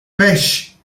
beş